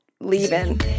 leaving